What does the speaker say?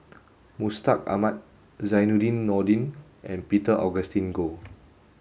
Mustaq Ahmad Zainudin Nordin and Peter Augustine Goh